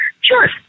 Sure